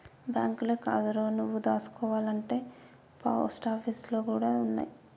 బాంకులే కాదురో, నువ్వు దాసుకోవాల్నంటే పోస్టాపీసులు గూడ ఉన్నయ్